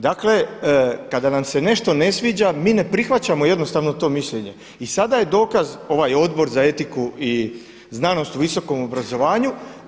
Dakle kada nam se nešto ne sviđa mi ne prihvaćamo jednostavno to mišljenje i sada je dokaz ovaj Odbor za etiku u znanosti i visokom obrazovanju.